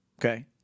okay